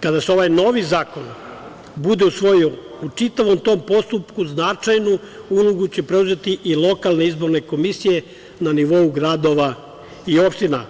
Kada se ovaj novi zakon bude usvojio, u čitavom tom postupku značajnu ulogu će preuzeti i lokalne izborne komisije na nivou gradova i opština,